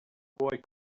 boy